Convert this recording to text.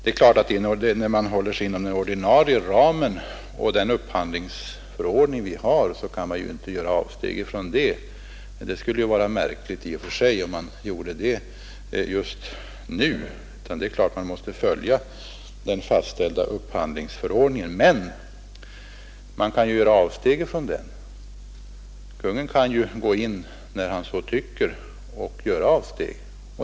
När SJ håller sig inom den ordinarie ramen kan man ju inte göra avsteg från den upphandlingsordning vi har — det skulle också vara märkligt i och för sig om man gjorde det just nu — utan det är klart att SJ måste följa den fastställda upphandlingsförordningen. Men Kungl. Maj:t kan, när Kungl. Maj:t så tycker, göra ett sådant avsteg.